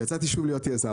ויצאתי שוב להיות יזם.